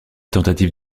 tentative